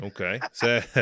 Okay